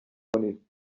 کنید